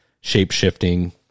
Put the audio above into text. shape-shifting